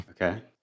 Okay